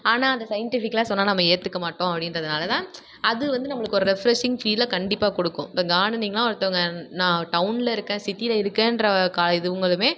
ஆனால் அந்த சயின்டிஃபிக்கலாக சொன்னால் நம்ம ஏற்றுக்க மாட்டோம் அப்படின்றதுனால தான் அது வந்து நம்மளுக்கு ஒரு ரெஃப்ரஸிங் ஃபீலை கண்டிப்பாக கொடுக்கும் இப்போ கார்டனிங்குலாம் ஒருத்தங்க நான் டவுனில் இருக்கேன் சிட்டியில் இருக்கேன்ற க இது இவங்களுமே